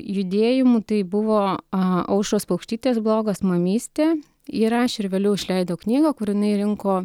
judėjimų tai buvo a aušros paukštytės blogas mamystė ji rašė ir vėliau išleido knygą kur jinai rinko